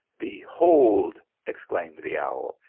behold, exclaimed the owl,